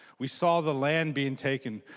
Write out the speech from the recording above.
we saw the land being taken.